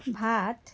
ভাত